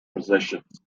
positions